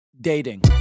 dating